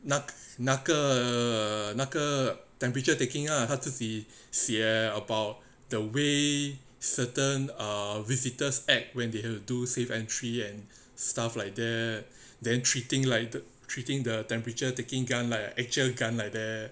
那那个那个 temperature taking ah 他自己写 about the way certain ugh visitors act when they have to do safe entry and stuff like that then treating like the treating the temperature taking gun like an actual gun like that